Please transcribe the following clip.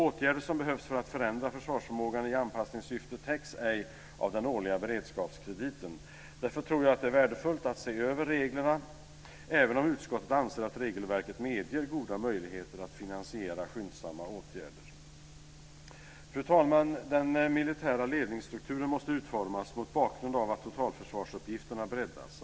Åtgärder som behövs för att förändra försvarsförmågan i anpassningssyfte täcks ej av den årliga beredskapskrediten. Därför tror jag att det är värdefullt att se över reglerna även om utskottet anser att regelverket medger goda möjligheter att finansiera skyndsamma åtgärder. Fru talman! Den militära ledningsstrukturen måste utformas mot bakgrund av att totalförsvarsuppgiften breddas.